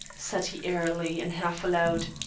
said he airily and half aloud.